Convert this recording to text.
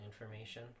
information